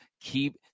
keep